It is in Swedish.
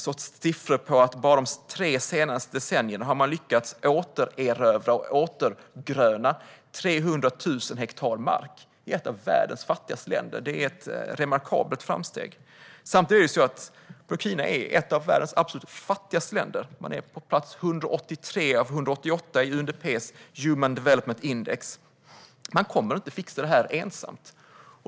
Jag såg siffror på hur man bara under de tre senaste decennierna har lyckats återerövra och återgröna 300 000 hektar mark - i ett av världens fattigaste länder. Det är ett remarkabelt framsteg. Samtidigt är Burkina Faso ett av världens absolut fattigaste länder. Man finns på plats 183 av 188 i UNDP:s Human Development Index, och man kommer inte ensamt att fixa det här.